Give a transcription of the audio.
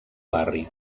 barri